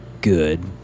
good